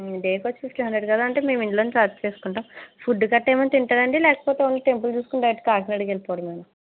డేకొచ్చి fifteen hundred కదా అంటే మేము ఇందులో చార్జ్ చేసుకుంటాము ఫుడ్ గట్రా ఏమన్నా తింటారా అండి ఓన్లీ టెంపుల్ చూసుకుని డైరెక్ట్ కాకినాడకి వెళ్ళిపోవడమేనా